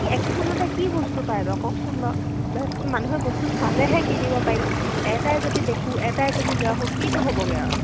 কি একেখনতে কি বস্তু পায় বাৰু কওকচোন বাৰু বস্তু মানুহে বস্তু চালেহে কিনিব পাৰি এটাই যদি দেখোঁ এটাই যদি লৈ আহো কিটো হ'বগৈ আৰু